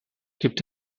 gibt